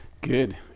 Good